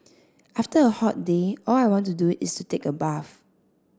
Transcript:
after a hot day all I want to do is take a bath